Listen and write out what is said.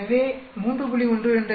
எனவே 3